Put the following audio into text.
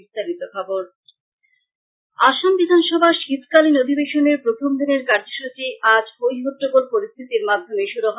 বিস্তারিত খবর আসাম বিধানসভার শীতকালীন অধিবেশনের প্রথম দিনের কার্য্যসচী আজ হৈ হট্টগোল পরিস্থিতির মাধ্যমে শুরু হয়